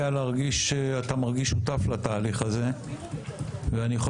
היה להרגיש שאתה מרגיש שותף לתהליך הזה ואני יכול